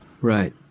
Right